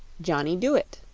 johnny dooit.